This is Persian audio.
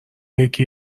یکی